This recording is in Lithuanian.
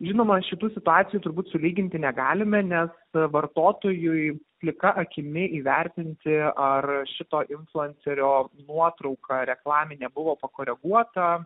žinoma šitų situacijų turbūt sulyginti negalime nes vartotojui plika akimi įvertinti ar šito influencerio nuotrauka reklaminė buvo pakoreguota